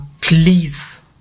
please